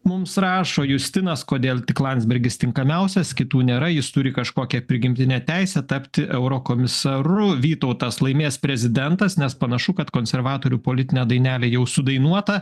mums rašo justinas kodėl tik landsbergis tinkamiausias kitų nėra jis turi kažkokią prigimtinę teisę tapti eurokomisaru vytautas laimės prezidentas nes panašu kad konservatorių politinė dainelė jau sudainuota